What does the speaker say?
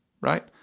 right